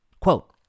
Quote